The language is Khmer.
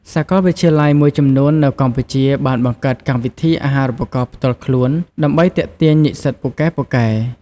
សាកលវិទ្យាល័យមួយចំនួននៅកម្ពុជាបានបង្កើតកម្មវិធីអាហារូបករណ៍ផ្ទាល់ខ្លួន ដើម្បីទាក់ទាញនិស្សិតពូកែៗ។